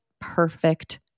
perfect